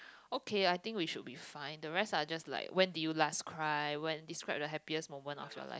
okay I think we should be fine the rest are just like when did you last cry when describe the happiest moment of your life